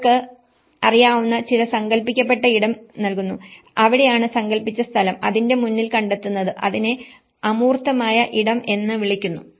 നിങ്ങൾക്ക് അറിയാവുന്ന ചില സങ്കൽപ്പിക്കപ്പെട്ട ഇടം നൽകുന്നു അവിടെയാണ് സങ്കൽപ്പിച്ച സ്ഥലം അതിന്റെ മുന്നിൽ കണ്ടെത്തുന്നത് അതിനെ അമൂർത്തമായ ഇടം എന്ന് വിളിക്കുന്നു